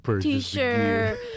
T-shirt